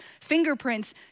fingerprints